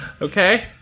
Okay